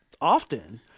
often